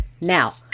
Now